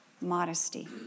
modesty